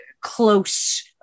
close